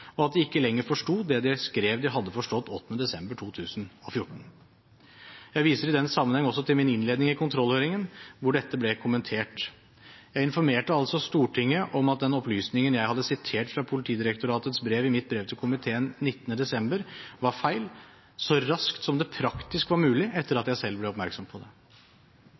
og at de ikke lenger forsto det de skrev de hadde forstått 8. desember 2014. Jeg viser i den sammenheng også til min innledning i kontrollhøringen, hvor dette ble kommentert. Jeg informerte altså Stortinget om at den opplysningen jeg hadde sitert fra Politidirektoratets brev i mitt brev til komiteen 19. desember, var feil, så raskt som det det praktisk var mulig etter at jeg selv ble oppmerksom på det.